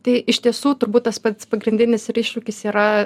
tai iš tiesų turbūt tas pats pagrindinis ir iššūkis yra